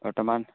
বৰ্তমান